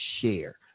share